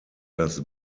das